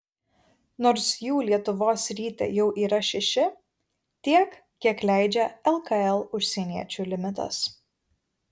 nors jų lietuvos ryte jau yra šeši tiek kiek leidžia lkl užsieniečių limitas